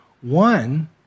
One